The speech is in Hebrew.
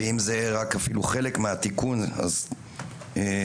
ואם זה אפילו רק חלק מהתיקון אז יבורך.